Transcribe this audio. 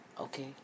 Okay